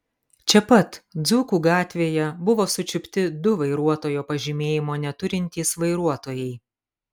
čia pat dzūkų gatvėje buvo sučiupti du vairuotojo pažymėjimo neturintys vairuotojai